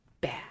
bad